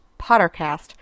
Pottercast